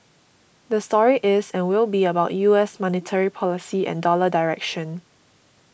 the story is and will be about U S monetary policy and dollar direction